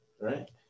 Right